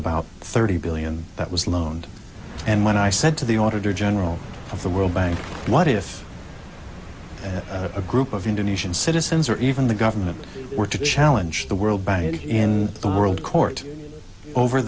about thirty billion that was loaned and when i said to the auditor general of the world bank what if a group of indonesian citizens or even the government were to challenge the world body in the world court over